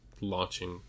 launching